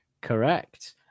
Correct